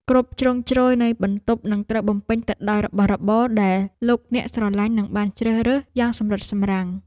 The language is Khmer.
គ្រប់ជ្រុងជ្រោយនៃបន្ទប់នឹងត្រូវបំពេញទៅដោយរបស់របរដែលលោកអ្នកស្រឡាញ់និងបានជ្រើសរើសយ៉ាងសម្រិតសម្រាំង។